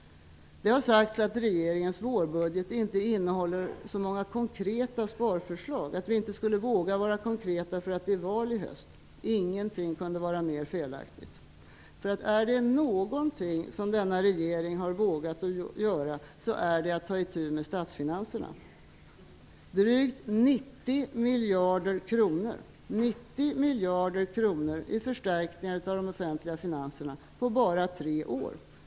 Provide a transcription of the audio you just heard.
Det har sagts att regeringens vårbudget inte innehåller så många konkreta sparförslag, att vi inte skulle våga vara konkreta därför att det är val i höst. Ingenting kunde vara mer felaktigt. Är det något som denna regering har vågat göra är det att ta itu med statsfinanserna: Drygt 90 miljarder kronor i förstärkningar av de offentliga finanserna på bara tre år!